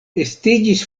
estiĝis